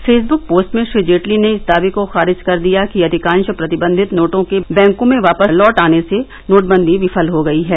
Facebook post में श्री जेटली ने इस दावे को खारिज कर दिया कि अधिकांश प्रतिबंधित नोटों के बैंकों में वापस लौट आने से नोटबंदी विफल हो गई है